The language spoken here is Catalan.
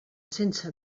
sense